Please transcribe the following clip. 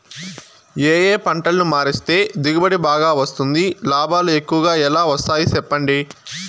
ఏ ఏ పంటలని మారిస్తే దిగుబడి బాగా వస్తుంది, లాభాలు ఎక్కువగా ఎలా వస్తాయి సెప్పండి